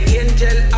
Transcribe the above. angel